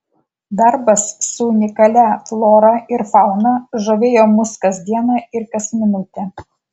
darbas su unikalia flora ir fauna žavėjo mus kas dieną ir kas minutę